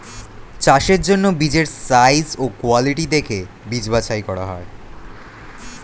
চাষের জন্য বীজের সাইজ ও কোয়ালিটি দেখে বীজ বাছাই করা হয়